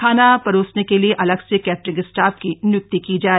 खाना परोसने के लिए अलग से केटरिंग स्टाफ की नियुक्ति की जाए